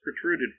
protruded